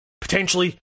potentially